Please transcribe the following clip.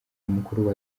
mukuru